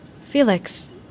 Felix